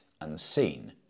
unseen